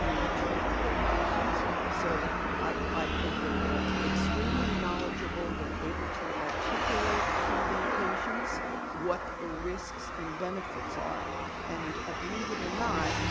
you know treat their patients so i think that they're extremely knowledgeable. they're able to articulate to their patients what the risks and benefits are and ah believe it or not,